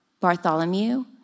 Bartholomew